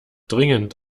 dringend